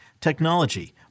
technology